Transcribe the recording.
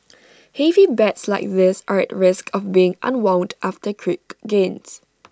heavy bets like this are at risk of being unwound after quick gains